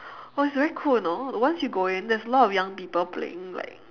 oh it's very cool you know once you go in there is a lot of young people playing like